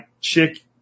chick